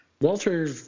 Walter